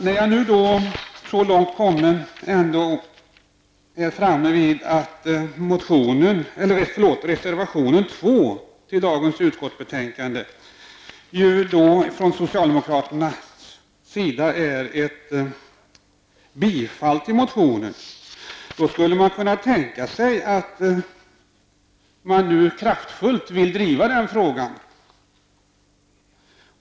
När jag nu ändå är så långt kommen att jag är framme vid reservation 2 till det betänkande som behandlas i dag, som innebär ett bifall till motionen från socialdemokratisk sida, skulle det kunna tänkas att man kraftfullt vill driva denna fråga.